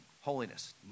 holiness